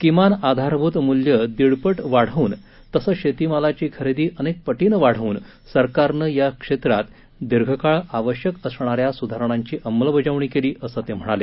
किमान आधारभूत मूल्य दीडपट वाढवून तसंच शेतमालाची खरेदी अनेकपटीनं वाढवून सरकारनं या क्षेत्रात दीर्घकाळ आवश्यक असणाऱ्या सुधारणांची अंमलबजावणी केली असं ते म्हणाले